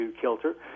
kilter